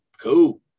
Cool